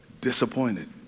disappointed